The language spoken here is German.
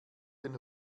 den